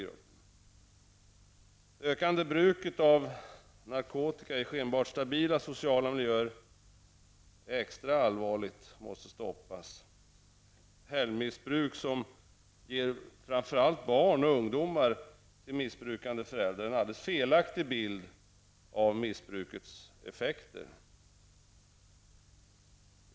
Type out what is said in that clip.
Det ökande bruket av narkotika i skenbart stabila sociala miljöer är extra allvarligt och måste stoppas. Helgmissbruk ger framför allt barn och ungdomar till missbrukande föräldrar en alldeles felaktig bild av missbrukets effekter.